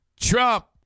Trump